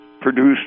produced